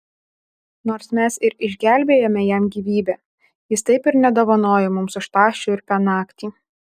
nors mes ir išgelbėjome jam gyvybę jis taip ir nedovanojo mums už tą šiurpią naktį